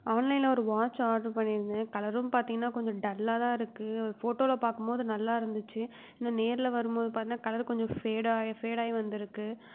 ஆன்லைனில் ஒரு watch order பண்ணி இருந்தேன் கலரும் பார்த்திங்கன்னா கொஞ்சம் டல்லாகதான் இருக்குது போட்டோவில் பார்க்கும்போது நல்லா இருந்துச்சு ஆனால் நேரில் வரும்போது பார்த்திங்கன்னா கலர் கொஞ்சம் ஃபேட் ஆகி ஃபேட் ஆகி வந்துருக்குது